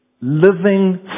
living